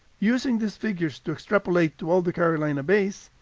using these figures to extrapolate to all the carolina bays,